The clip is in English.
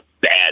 bad